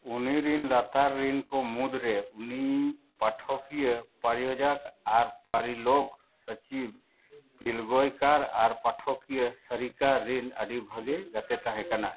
ᱩᱱᱤᱨᱮᱱ ᱞᱟᱛᱟᱨ ᱨᱮᱱ ᱠᱚ ᱢᱩᱫᱽᱨᱮ ᱩᱱᱤ ᱯᱟᱴᱷᱚᱠᱤᱭᱟᱹ ᱯᱨᱚᱡᱳᱡᱚᱠ ᱟᱨ ᱯᱚᱨᱤᱪᱟᱞᱚᱠ ᱥᱚᱪᱤᱵᱽ ᱯᱤᱞᱳᱜᱟᱭᱚᱠᱚᱨ ᱟᱨ ᱯᱟᱴᱷᱚᱠᱤᱭᱟᱹ ᱥᱟᱨᱤᱠᱟ ᱨᱮᱱ ᱟᱹᱰᱤ ᱵᱷᱟᱜᱮ ᱜᱟᱛᱮᱭ ᱛᱟᱦᱮᱸ ᱠᱟᱱᱟ